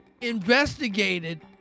investigated